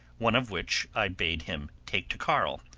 one of which i bade him take to carl,